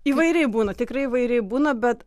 įvairiai būna tikrai įvairiai būna bet